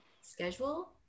schedule